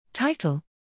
Title